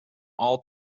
all